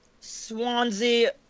Swansea